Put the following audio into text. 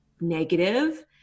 negative